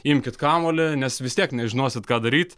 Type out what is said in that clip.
imkit kamuolį nes vis tiek nežinosit ką daryt